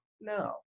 No